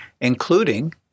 including